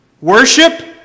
Worship